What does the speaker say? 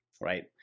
right